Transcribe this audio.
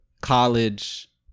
college